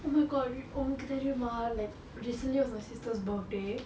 oh my god உனக்கு தெரியுமா:unakku theriyumaa like recently was my sister's birthday